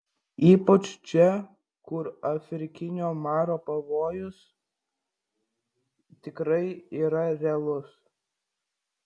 ypač čia kur afrikinio maro pavojus tikrai yra realus